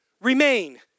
remain